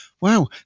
Wow